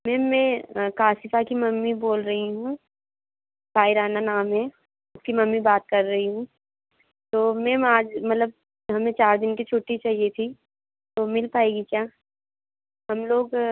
ma'am मैं काशिफ़ा की mummy बोल रही हूँ शायराना नाम है उसकी मम्मी बात कर रही हूँ तो मैम आज मतलब हमें चार दिन की छुट्टी चाहिए थी तो मिल पाएगी क्या हम लोग